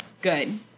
good